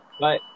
Bye